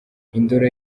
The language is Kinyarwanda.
indoro